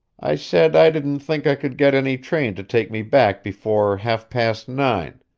i said i didn't think i could get any train to take me back before half-past nine,